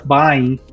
buying